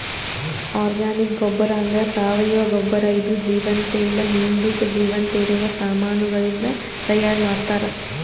organic ಗೊಬ್ಬರ ಅಂದ್ರ ಸಾವಯವ ಗೊಬ್ಬರ ಇದು ಜೀವಂತ ಇಲ್ಲ ಹಿಂದುಕ್ ಜೀವಂತ ಇರವ ಸಾಮಾನಗಳಿಂದ್ ತೈಯಾರ್ ಮಾಡ್ತರ್